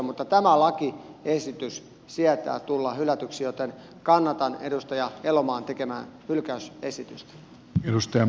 mutta tämä lakiesitys sietää tulla hylätyksi joten kannatan edustaja elomaan tekemää hylkäysesitystä